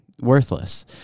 worthless